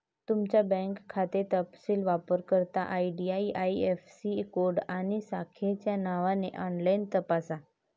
तुमचा बँक खाते तपशील वापरकर्ता आई.डी.आई.ऍफ़.सी कोड आणि शाखेच्या नावाने ऑनलाइन तपासा